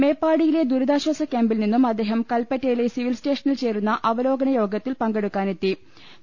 മേപ്പാടിയിലെ ദുരിതാശാസ ക്യാമ്പിൽ നിന്നും അദ്ദേഹം കൽപ്പ റ്റയിലെ സിവിൽസ്റ്റേഷനിൽ ചേരുന്ന അവലോകന യോഗത്തിൽ പങ്കെടുക്കാൻ തിരിച്ചു